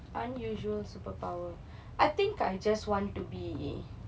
unusual superpower I think I just want to be